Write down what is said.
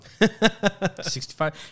65